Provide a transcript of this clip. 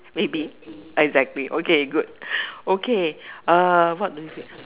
maybe exactly okay good okay what do we